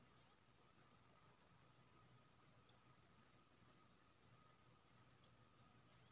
धानक बीया पारबक बाद जखन पैघ भए जाइ छै बीया उपारि खेतमे रोपल जाइ छै